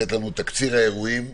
תקציר האירועים,